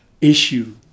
issue